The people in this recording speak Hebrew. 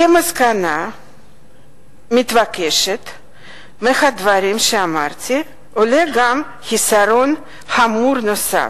כמסקנה מתבקשת מהדברים שאמרתי עולה גם חיסרון חמור נוסף: